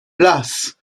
las